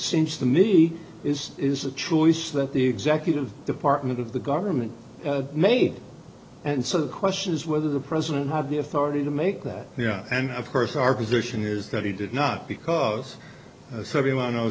seems to me is is a choice that the executive department of the government made and so the question is whether the president have the authority to make that and of course our position is that he did not because so everyone